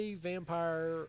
vampire